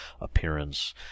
appearance